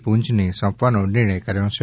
પુંજને સોંપવાનો નિર્ણય કર્યો છે